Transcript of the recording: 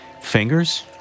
Fingers